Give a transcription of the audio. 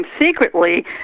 secretly